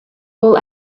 all